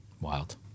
Wild